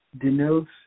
denotes